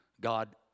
God